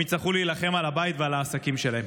הם יצטרכו להילחם על הבית ועל העסקים שלהם.